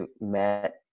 met